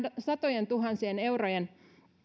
satojentuhansien eurojen